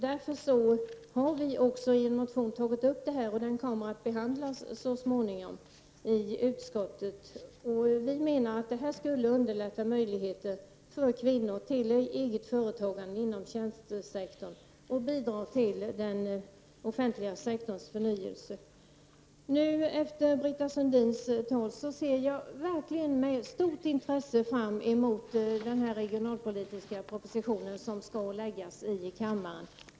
Detta har vi också tagit upp i en motion som kommer att behandlas så småningom i utskottet. Vi menar att ett bifall till den motionen skulle underlätta möjligheten för kvinnor till eget företagande inom tjänstesektorn och bidra till den offentliga sektorns förnyelse. Efter Britta Sundins tal ser jag verkligen med stort intresse fram emot den regionalpolitiska proposition som skall föreläggas riksdagen.